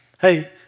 Hey